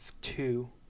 two